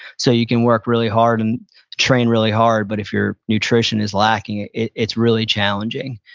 so, you can work really hard and train really hard, but if your nutrition is lacking, it's really challenging.